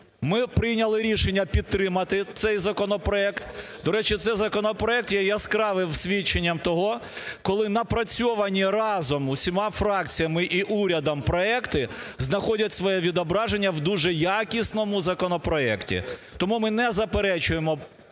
Ми прийняли рішення підтримати цей законопроект. До речі, цей законопроект є яскравим свідченням того, коли напрацьовані разом усіма фракціями і урядом проекти знаходять своє відображення в дуже якісному законопроекті. Тому ми не заперечуємо